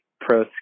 pro